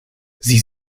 sie